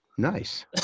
nice